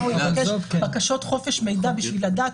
צריך להגיש בקשות לפי חוק חופש המידע בשביל לדעת